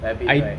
like a bit like